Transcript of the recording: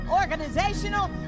organizational